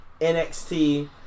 NXT